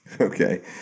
Okay